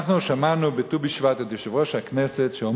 אנחנו שמענו בט"ו בשבט את יושב-ראש הכנסת אומר